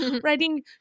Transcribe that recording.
writing